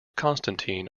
constantine